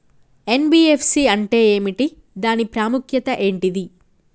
NBFC అంటే ఏమిటి దాని ప్రాముఖ్యత ఏంటిది?